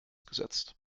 gesetzt